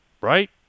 right